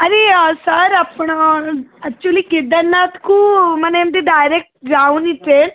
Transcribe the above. ଆରେ ୟା ସାର୍ ଆପଣ ଆକ୍ଚୁଲି କେଦାରନାଥକୁ ମାନେ ଏମିତି ଡାଇରେକ୍ଟ୍ ଯାଉନି ଟ୍ରେନ୍